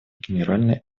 генеральной